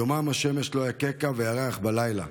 יומם השמש לא יככה וירח בלילה.